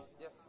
Yes